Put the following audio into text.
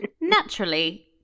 Naturally